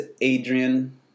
Adrian